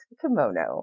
kimono